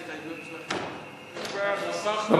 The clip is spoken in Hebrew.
ההסתייגות של קבוצת סיעת האיחוד הלאומי לפני סעיף 1 לא נתקבלה.